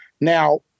Now